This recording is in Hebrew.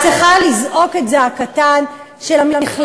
את צריכה לזעוק את זעקתם, למה?